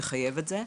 שתחייב את זה.